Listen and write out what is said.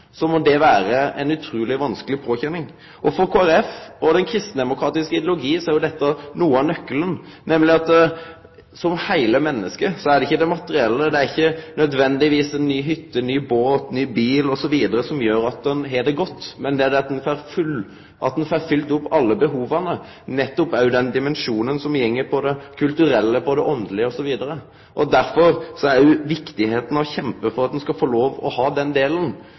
må det vere ei utruleg vanskeleg påkjenning. For Kristeleg Folkeparti og den kristelegdemokratiske ideologien er dette noko av nøkkelen. For det heile mennesket er det ikkje det materielle – ei ny hytte, ein ny båt, ein ny bil osv. – som nødvendigvis gjer at ein har det godt, det er det at ein får fylt alle behova, òg den dimensjonen som nettopp går på det kulturelle, på det andelege osv. Derfor er det så utruleg viktig å kjempe for at ein skal få lov til å ha den delen